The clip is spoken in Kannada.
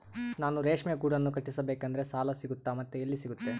ನಾನು ರೇಷ್ಮೆ ಗೂಡನ್ನು ಕಟ್ಟಿಸ್ಬೇಕಂದ್ರೆ ಸಾಲ ಸಿಗುತ್ತಾ ಮತ್ತೆ ಎಲ್ಲಿ ಸಿಗುತ್ತೆ?